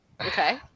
Okay